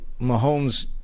Mahomes